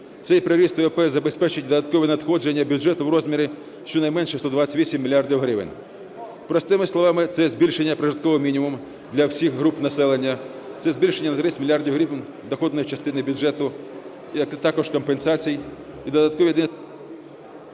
Цей приріст ВВП забезпечить додаткові надходження до бюджету у розмірі щонайменше 128 мільярдів гривень. Простими словами, це є збільшення прожиткового мінімуму для всіх груп населення, це збільшення на 30 мільярдів гривень доходної частини бюджету, також компенсацій